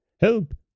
Help